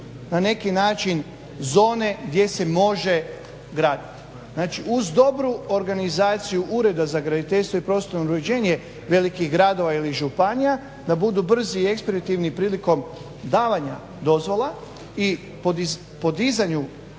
na neki način zone gdje se može graditi, znači uz dobru organizaciju ureda za graditeljstvo i prostorno uređenje velikih gradova ili županija da budu brzi i eksperativni prilikom davanja dozvola i podizanju